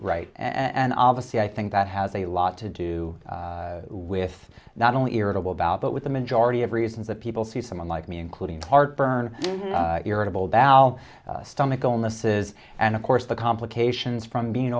right and all the see i think that has a lot to do with not only irritable about but with the majority of reasons that people see someone like me including heartburn irritable bowel stomach illness is and of course the complications from being